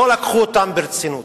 לא לקחו אותם ברצינות.